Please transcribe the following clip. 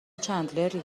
چندلری